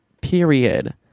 period